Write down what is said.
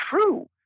true